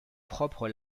propre